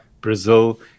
Brazil